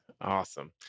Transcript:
Awesome